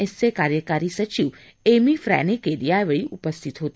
एसचे कार्यकारी सचिव एमी फ्रानेलकेल यावेळी उपस्थित होते